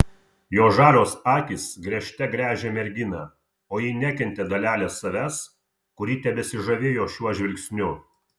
jo žalios akys gręžte gręžė merginą o ji nekentė dalelės savęs kuri tebesižavėjo šiuo žvilgsniu